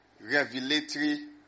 revelatory